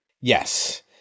Yes